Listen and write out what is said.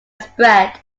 spread